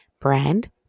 brand